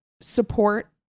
support